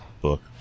book